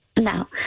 No